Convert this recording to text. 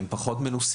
הם אולי פחות מנוסים,